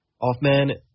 Off-man